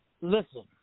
Listen